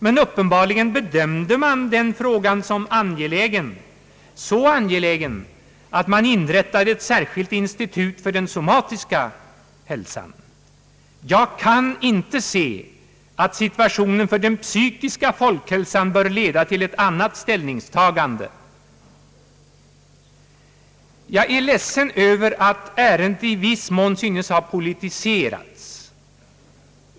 Men uppenbarligen bedömde man den frågan som så angelägen att man inrättade ett särskilt institut för den somatiska hälsovården. Jag kan inte se att situationen för den psykiska folkhälsan bör leda till ett annat ställningstagande. Jag är ledsen över att ärendet i viss mån synes ha politiserats.